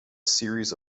series